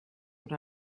what